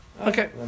Okay